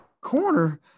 corner